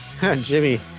Jimmy